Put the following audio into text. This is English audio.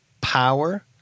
power